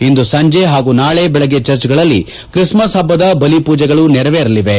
ಇಂದು ಸಂಜೆ ಹಾಗೂ ನಾಳೆ ಬೆಳಿಗ್ಗ ಚರ್ಚ್ಗಳಲ್ಲಿ ತ್ರಿಸ್ಕಸ್ ಪಬ್ಬದ ಬಲಿ ಪೂಜೆಗಳು ನೆರವೇರಲಿವೆ